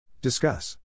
Discuss